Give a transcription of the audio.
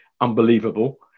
unbelievable